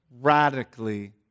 radically